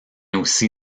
aussi